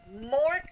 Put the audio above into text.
more